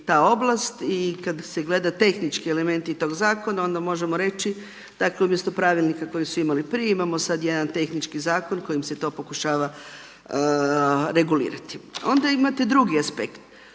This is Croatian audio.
i kada se gleda tehnički elementi tog zakona, onda možemo reći da umjesto pravilnika koji su imali prije, imamo sada jedan tehnički zakon koji se to pokušava regulirati. Onda imate drugi aspekt.